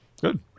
Good